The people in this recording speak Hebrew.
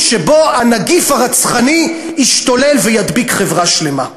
שבהם הנגיף הרצחני ישתולל וידביק חברה שלמה.